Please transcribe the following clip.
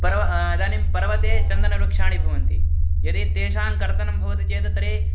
पर्वते इदानीं पर्वते चन्दनवृक्षाणि भवन्ति यदि तेषां कर्तनं भवति चेत् तर्हि